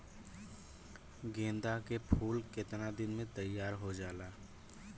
गेंदा के फूल केतना दिन में तइयार हो जाला?